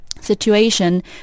situation